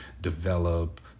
develop